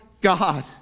God